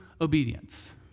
obedience